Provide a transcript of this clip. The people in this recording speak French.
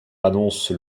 annonce